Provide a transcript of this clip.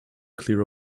clear